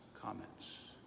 comments